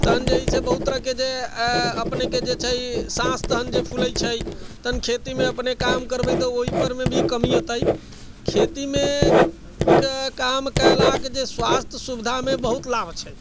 तखन जे छै बहुत तरहके जे अपनेके जे छै साँस तखन जे फूलैत छै तखन खेतीमे अपने काम करबै तऽ ओहि परमे भी कमी एतय खेतीमे काम कयलाक जे स्वास्थ्य सुविधामे बहुत लाभ छै